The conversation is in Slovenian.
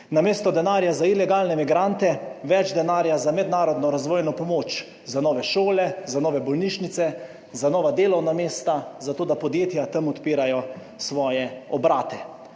Namesto denarja za ilegalne migrante, več denarja za mednarodno razvojno pomoč, za nove šole, za nove bolnišnice, za nova delovna mesta, za to, da podjetja tam odpirajo svoje obrate.